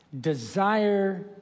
desire